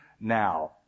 now